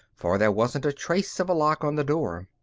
for there wasn't a trace of a lock on the door.